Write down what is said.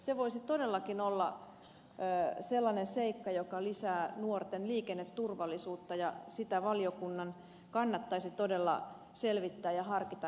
se voisi todellakin olla sellainen seikka joka lisää nuorten liikenneturvallisuutta ja sitä valiokunnan kannattaisi todella selvittää ja harkita käsittelyssään